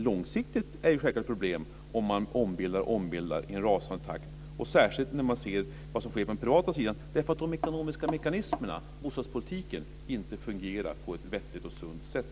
Långsiktigt är det självklart ett problem om man ombildar i en rasande takt, därför att de ekonomiska mekanismerna i bostadspolitiken inte fungerar på ett sunt och vettigt sätt.